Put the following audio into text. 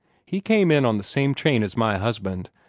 he came in on the same train as my husband,